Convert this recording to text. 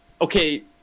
okay